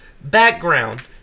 background